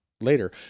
later